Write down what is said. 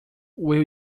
will